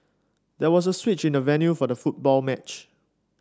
there was a switch in the venue for the football match